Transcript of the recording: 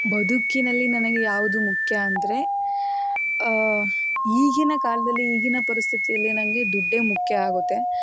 ಬದುಕಿನಲ್ಲಿ ನನಗೆ ಯಾವುದು ಮುಖ್ಯ ಅಂದರೆ ಈಗಿನ ಕಾಲದಲ್ಲಿ ಈಗಿನ ಪರಿಸ್ಥಿತಿಯಲ್ಲಿ ನನಗೆ ದುಡ್ಡೇ ಮುಖ್ಯ ಆಗುತ್ತೆ